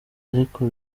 ariko